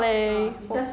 !huh!